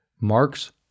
Marx